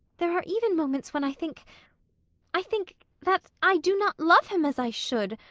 there are even moments when i think i think that i do not love him as i should,